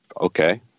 okay